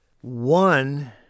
One